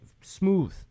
smooth